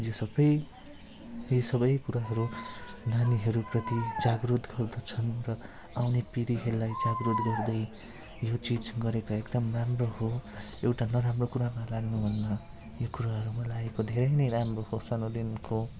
यो सबै यो सबै कुराहरू नानीहरूप्रति जागरुक गर्दछन् र आउने पिँढीहरूलाई जागरुक गर्दै यो चिज गरेका एकदम राम्रो हो एउटा नराम्रो कुरामा लाग्नुभन्दा यो कुराहरूमा लागेको धेरै नै राम्रो हो सानोदेखिको